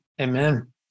amen